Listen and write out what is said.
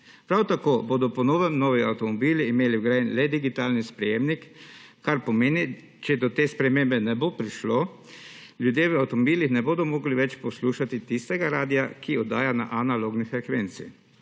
Prav tako bodo po novem novi avtomobili imeli vgrajen le digitalni sprejemnik, kar pomeni, če do te spremembe ne bo prišlo, ljudje v avtomobilih ne bodo mogli več poslušati tistega radia, ki oddaja na analogni frekvenci.